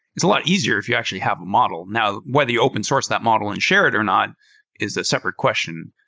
it's a lot easier if you actually have a model. now, whether you open source that model and share it or not is the separate question.